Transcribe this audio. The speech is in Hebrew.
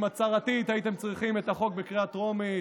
אם הצהרתית הייתם צריכים את החוק בקריאה טרומית,